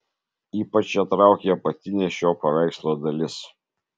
ypač ją traukė apatinė šio paveikslo dalis